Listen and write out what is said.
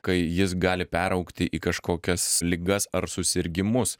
kai jis gali peraugti į kažkokias ligas ar susirgimus